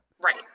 Right